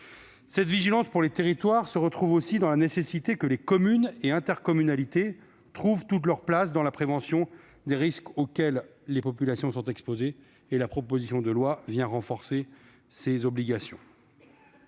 Cette vigilance pour les territoires se retrouve aussi dans la nécessité que les communes et les intercommunalités trouvent toute leur place dans la prévention des risques auxquels les populations sont exposées. La proposition de loi vient renforcer ces obligations.